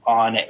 on